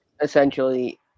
essentially